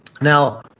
Now